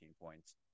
points